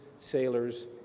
sailors